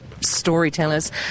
storytellers